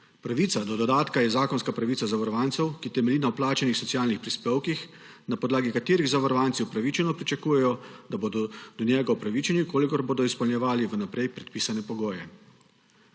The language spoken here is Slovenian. Pravica do dodatka je zakonska pravica zavarovancev, ki temelji na plačanih socialnih prispevkih, na podlagi katerih zavarovanci upravičeno pričakujejo, da bodo do njega upravičeni, v kolikor bodo izpolnjevali vnaprej predpisane pogoje.